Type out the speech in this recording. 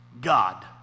God